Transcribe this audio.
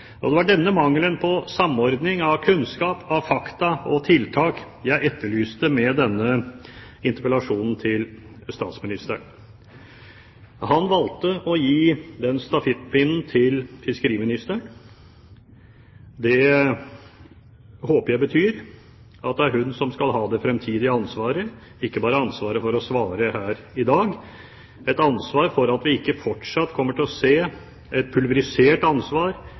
Det var denne mangelen på samordning av kunnskap, fakta og tiltak jeg etterlyste med denne interpellasjonen jeg rettet til statsministeren. Han valgte å gi stafettpinnen til fiskeriministeren. Det håper jeg betyr at det er hun som skal ha det fremtidige ansvaret, ikke bare ansvaret for å svare her i dag, men ansvar for at vi ikke fortsatt kommer til å se et pulverisert ansvar